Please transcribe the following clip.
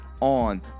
on